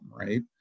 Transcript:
right